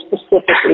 specifically